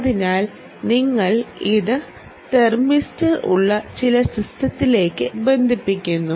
അതിനാൽ നിങ്ങൾ ഇത് തെർമിസ്റ്റർ ഉള്ള ചില സിസ്റ്റത്തിലേക്ക് ബന്ധിപ്പിക്കുന്നു